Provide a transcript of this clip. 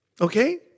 Okay